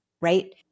right